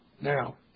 Now